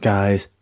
Guys